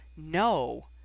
No